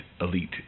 elite